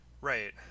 Right